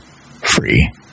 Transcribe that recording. free